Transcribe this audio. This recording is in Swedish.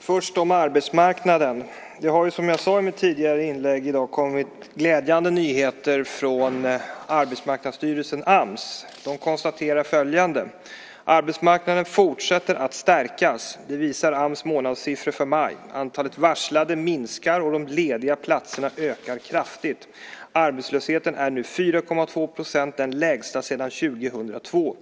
Först om arbetsmarknaden. Det har, som jag sade i mitt tidigare inlägg, i dag kommit glädjande nyheter från Arbetsmarknadsstyrelsen, Ams, som konstaterar följande: Arbetsmarknaden fortsätter att stärkas. Det visar Ams månadssiffror för maj. Antalet varslade minskar och de lediga platserna ökar kraftigt. Arbetslösheten är nu 4,2 %, den lägsta sedan 2002.